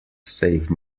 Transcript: save